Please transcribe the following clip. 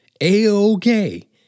A-OK